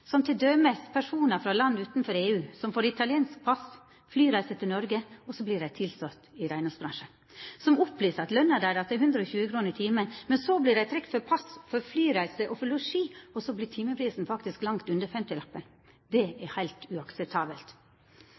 som t.d. personar frå land utanfor EU som får italiensk pass og flyreise til Noreg, og så vert dei tilsette i reinhaldsbransjen, som opplyser at løna deira er 120 kr timen, men så vert dei trekte for pass, for flyreise og for losji – og da vert timeprisen langt under femtilappen. Det er heilt uakseptabelt.